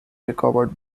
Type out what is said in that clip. recovered